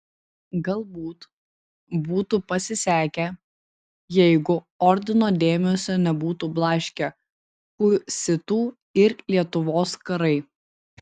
galbūt būtų pasisekę jeigu ordino dėmesio nebūtų blaškę husitų ir lietuvos karai